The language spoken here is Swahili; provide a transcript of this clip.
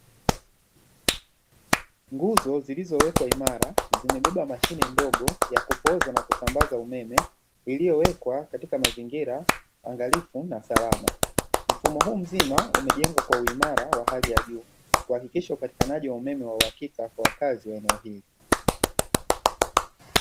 Nguzo zilizowekwa imara zimebeba mashine ndogo ya kupooza na kusambaza umeme iliyowekwa katika mazingira angalifu na salama, mfumo huu mzima umejengwa kwa uimara wa hali ya juu kuhakikisha upatikanaji wa umeme wa uhakika kwa wakazi wa eneo hili.